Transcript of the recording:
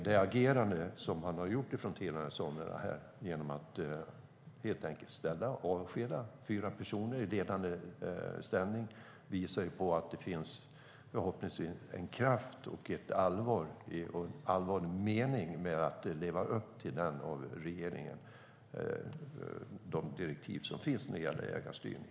Det agerande som man har gjort från Telia Sonera genom att helt enkelt avskeda fyra personer i ledande ställning visar på att det förhoppningsvis finns en kraft och en allvarlig mening att leva upp till de direktiv från regeringen som finns som ägarstyrning.